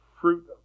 fruit